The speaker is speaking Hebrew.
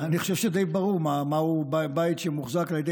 אני חושב שדי ברור מהו בית שמוחזק על ידי